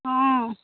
অঁ